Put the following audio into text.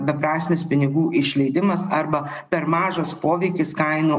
beprasmis pinigų išleidimas arba per mažas poveikis kainų